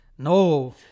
No